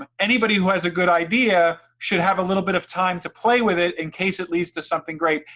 ah anybody who has a good idea should have a little bit of time to play with it in case it leads to something great.